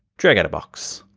drag out a box.